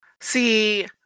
See